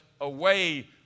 away